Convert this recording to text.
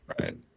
right